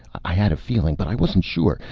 i had a feeling, but i wasn't sure.